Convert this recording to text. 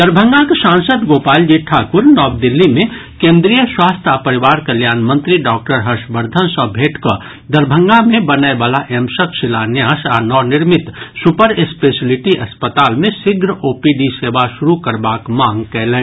दरभंगाक सांसद गोपाल जी ठाकुर नव दिल्ली मे केन्द्रीय स्वास्थ्य आ परिवार कल्याण मंत्री डॉक्टर हर्षवर्धन सँ मेंट कऽ दरभंगा मे बनयवला एम्सक शिलान्यास आ नव निर्मित सुपर स्पेशलिटी अस्पताल मे शीघ्र ओपीडी सेवा शुरू करबाक मांग कयलनि